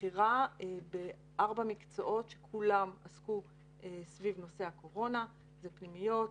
לבחירה בארבעה מקצועות שכולם עסקו סביב נושא הקורונה: פנימיות,